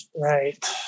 right